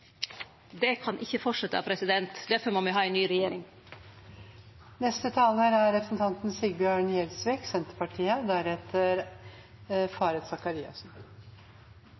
Det kan ikkje fortsetje, derfor må me ha ei ny regjering.